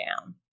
down